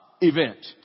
event